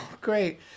great